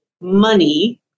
money